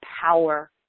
power